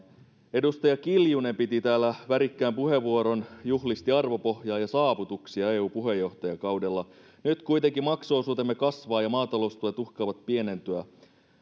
edustaja kiljunen piti täällä värikkään puheenvuoron juhlisti arvopohjaa ja saavutuksia eu puheenjohtajakaudella nyt kuitenkin maksuosuutemme kasvaa ja maataloustuet uhkaavat pienentyä